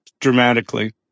dramatically